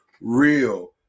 real